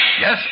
Yes